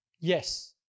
yes